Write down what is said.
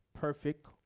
perfect